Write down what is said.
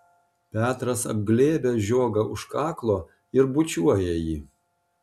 petras apglėbia žiogą už kaklo ir bučiuoja jį